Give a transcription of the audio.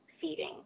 feeding